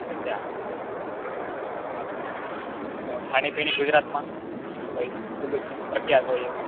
અચ્છા તો ખાણીપીણી ગુજરાતમાં પઈ ખૂબ જ પ્રખ્યાત હોય એવું